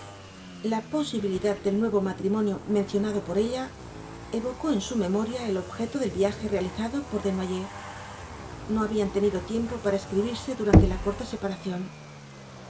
la posibilidad del nuevo matrimonio mencionado por ella evocó en su v blasco ibáñbz memoria el objeto del viaje realizado por desnojers no habían tenido tiempo para escribirse durante la corta separación